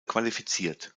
qualifiziert